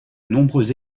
nombreux